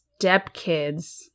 stepkids